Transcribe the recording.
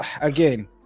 again